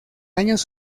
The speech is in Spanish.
años